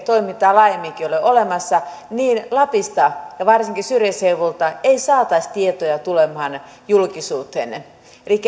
toimintaa laajemminkin ole olemassa niin lapista ja varsinkin syrjäseuduilta ei saataisi tietoja tulemaan julkisuuteen